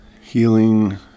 Healing